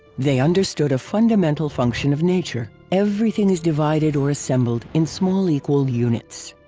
they understood a fundamental function of nature everything is divided or assembled in small equal units.